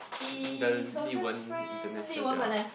the Li-Wen Vanessa they all